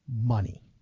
money